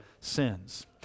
sins